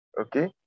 Okay